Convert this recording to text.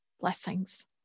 blessings